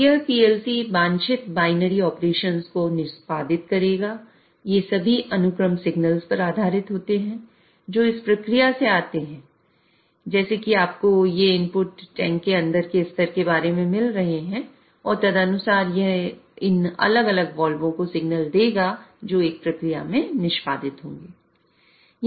तो यह PLC वांछित बाइनरी ऑपरेशंस को निष्पादित करेगा ये सभी अनुक्रम सिग्नल्स पर आधारित होते हैं जो इस प्रक्रिया से आते हैं जैसे कि आपको ये इनपुट टंकी के अंदर के स्तर के बारे में मिल रहे हैं और तदनुसार यह इन अलग अलग वाल्वों को सिग्नल देगा और जो एक प्रक्रिया में निष्पादित होंगे